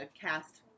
cast